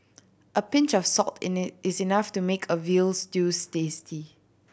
a pinch of salt is enough to make a veal stews tasty